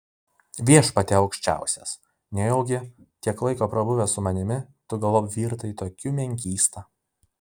viešpatie aukščiausias nejaugi tiek laiko prabuvęs su manimi tu galop virtai tokiu menkysta